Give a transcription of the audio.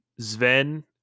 zven